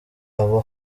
abo